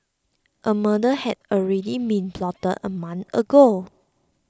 a murder had already been plotted a month ago